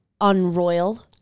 unroyal